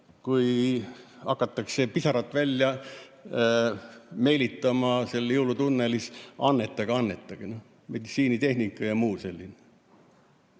kui hakatakse pisarat välja meelitama "Jõulutunnelis": annetage, annetage! Meditsiinitehnika ja muu selline.